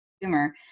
consumer